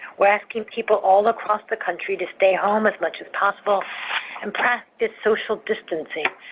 we're asking people all across the country to stay home as much as possible and practice social distancing,